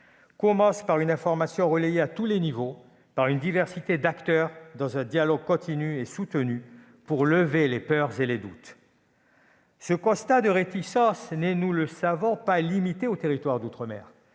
commence par une information relayée à tous les niveaux par une diversité d'acteurs, dans un dialogue continu et soutenu, pour lever les peurs et les doutes. Ce constat de réticence n'est, nous le savons, pas seulement limité aux territoires d'outre-mer,